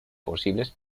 posibles